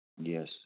Yes